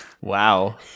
Wow